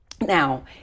Now